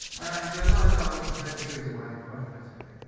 and the lidar, we can take the trees away quite effectively.